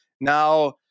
now